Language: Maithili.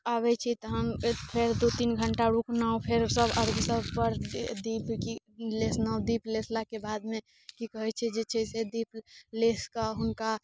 आबैत छी तहन फेर दू तीन घण्टा रूकलहुँ फेर सब अर्घ सब पर दीप लेसलहुँ दीप लेसलाके बादमे की कहैत छै जे छै से दीप लेस कऽ हुनका